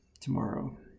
tomorrow